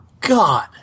god